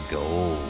Gold